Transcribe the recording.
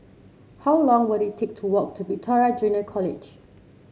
how long will it take to walk to Victoria Junior College